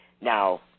Now